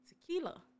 tequila